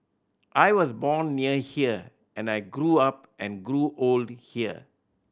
I was born near here and I grew up and grew old here